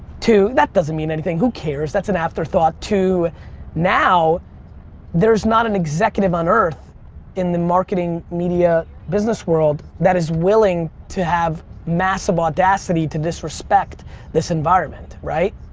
to that doesn't mean anything, who cares, cares, that's an afterthought to now there is not an executive on earth in the marketing media business world that is willing to have massive audacity to disrespect this environment, right?